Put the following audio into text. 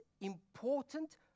important